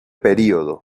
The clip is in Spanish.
período